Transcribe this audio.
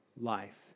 life